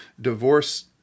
Divorce